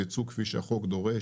כפי שהחוק דורש.